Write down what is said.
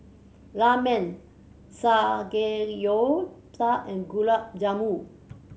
Ramen Samgeyopsal and Gulab Jamun